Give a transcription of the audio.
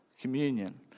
communion